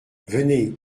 venez